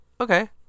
okay